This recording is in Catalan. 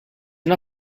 una